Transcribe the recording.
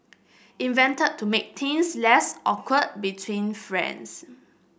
invented to make things less awkward between friends